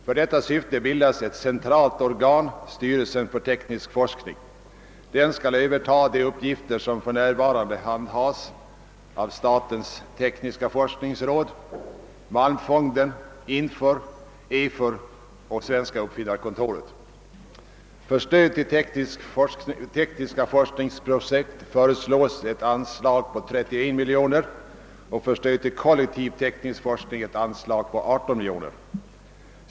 För detta syfte bildas ett centralt organ, styrelsen för teknisk forskning. Den skall överta de uppgifter som för närvarande handhas av statens tekniska forskningsråd, Malmfonden, INFOR, EFOR och Svenska uppfinnarkontoret. För stöd till tekniska forskningsprojektet föreslås ett anslag på 31 miljoner kronor och till stöd för kollektiv teknisk forskning ett anslag på 18 miljoner kronor.